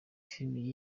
filimi